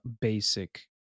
basic